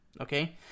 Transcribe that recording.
Okay